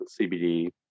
CBD